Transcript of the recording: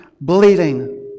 bleeding